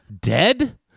Dead